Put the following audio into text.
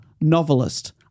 novelist